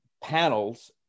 panels